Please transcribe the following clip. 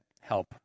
help